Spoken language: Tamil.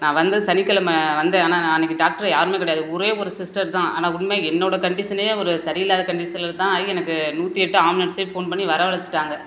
நான் வந்து சனிக்கெழமை வந்தேன் ஆனால் அன்றைக்கி டாக்டர் யாருமே கிடையாது ஒரே ஒரு சிஸ்டர் தான் ஆனால் உண்மை என்னோடய கண்டிஷனே ஒரு சரி இல்லாத கண்டிஷன்ல தான் எனக்கு நூற்றி எட்டு ஆம்புலன்ஸே ஃபோன் பண்ணி வரவழைச்சிட்டாங்க